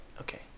Okay